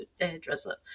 hairdresser